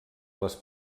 les